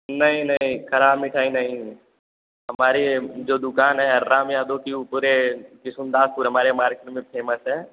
नहीं नहीं खराब मिठाई नहीं है हमारे जो दुकान है हरेराम यादव की उ पूरे किशुनदास और हमारे मार्केट में फेमस है